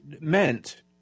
meant